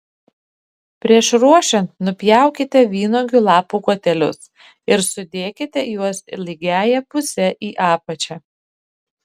prieš ruošiant nupjaukite vynuogių lapų kotelius ir sudėkite juos lygiąja puse į apačią